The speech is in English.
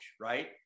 Right